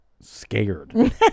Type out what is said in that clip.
scared